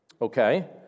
okay